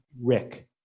Rick